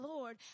Lord